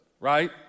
right